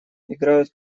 играют